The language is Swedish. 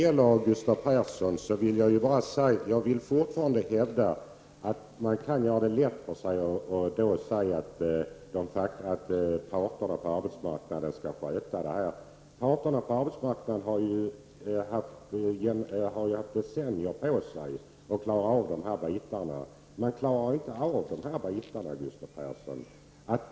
Till Gustav Persson vill jag säga att jag vidhåller att det är att göra det lätt för sig att säga att parterna på arbetsmarknaden skall sköta det här. Parterna på arbetsmarknaden har ju haft decennier på sig för att lösa det här. De klarar inte av de här bitarna, Gustav Persson.